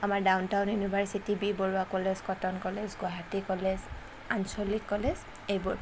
আমাৰ downtown university B Barooah college Cotton college Guwahati college আঞ্চলিক college এইবোৰ